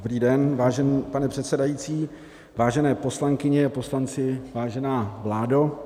Dobrý den, vážený pane předsedající, vážené poslankyně, poslanci, vážená vládo.